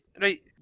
Right